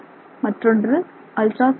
மற்றொன்று அல்ட்ராசோனிக்கேசன்